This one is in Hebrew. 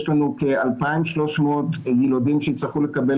יש לנו כ-2,300 ילודים שיצטרכו לקבל